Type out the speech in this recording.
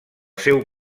seu